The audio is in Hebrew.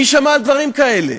מי שמע על דברים כאלה?